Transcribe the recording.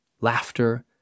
laughter